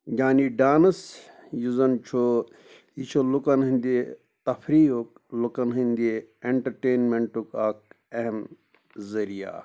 یعنی ڈانٕس یُس زَن چھُ یہِ چھُ لُکن ہِنٛدِ تفریٖیُک لُکَن ہِنٛدِ اٮ۪نٹَٹینمٮ۪نٛٹُک اَکھ اہم ذریعہ